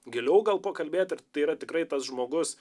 giliau gal pakalbėti ir tai yra tikrai tas žmogus